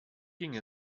ging